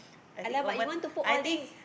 !alamak! you want to put all these